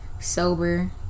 sober